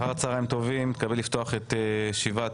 אחר הצוהריים טובים, אני מתכבד לפתוח את ישיבת